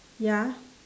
ya